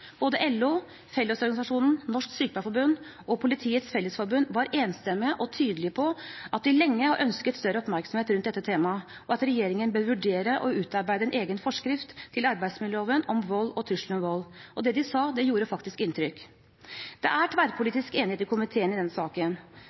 Både LO, Fellesorganisasjonen, Norsk Sykepleierforbund og Politiets Fellesforbund var enstemmige og tydelige på at de lenge har ønsket større oppmerksomhet rundt dette temaet, og at regjeringen bør vurdere å utarbeide en egen forskrift til arbeidsmiljøloven om vold og trusler om vold, og det de sa, gjorde faktisk inntrykk. Det er tverrpolitisk enighet i komiteen i denne saken.